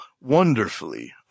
wonderfully